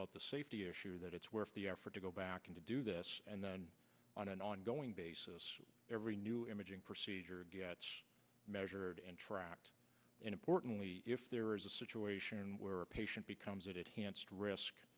about the safety issue that it's worth the effort to go back in to do this and then on an ongoing basis every new imaging procedure gets measured and tracked and importantly if there is a situation where a patient becomes